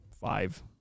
five